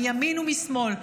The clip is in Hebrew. מימין ומשמאל.